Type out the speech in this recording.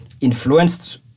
influenced